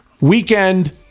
weekend